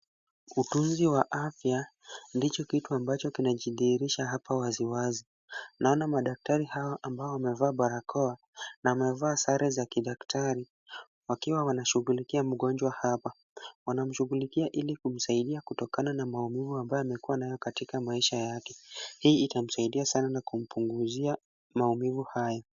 Utunzi wa afya ndicho kitu ambacho kinajidhihirisha hapa waziwazi, naona madaktari hawa ambao wamevaa barakoa na wamevaa sare za kidaktari wakiwa wanashughulikia mgonjwa hapa, wanamshughulikia ili kumsaidia kutokana na maumivu ambayo amekuwa nayo katika maisha yake, hii itamsaidia sana na kumpunguzia maumivu haya.